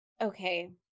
okay